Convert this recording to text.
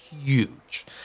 Huge